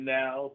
now